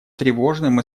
тревожным